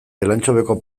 elantxobeko